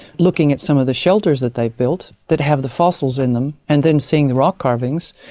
looking at some of the shelters that they've built that have the fossil in them and then seeing the rock carvings,